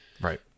right